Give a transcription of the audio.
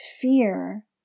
fear